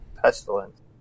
Pestilence